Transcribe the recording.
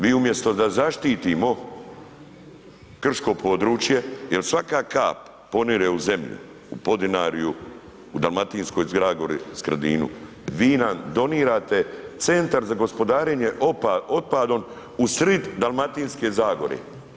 Vi umjesto da zaštitimo krško područje jel svaka kap ponire u zemlju, u Podinarju, u Dalmatinskoj zagori, Skradinu, vi nam donirate Centar za gospodarenjem otpadom u srid Dalmatinske zagore.